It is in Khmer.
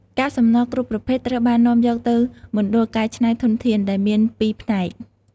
កាកសំណល់គ្រប់ប្រភេទត្រូវបាននាំយកទៅមណ្ឌលកែច្នៃធនធាន ដែលមាន២ផ្នែក ។